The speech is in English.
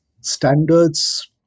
standards